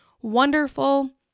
wonderful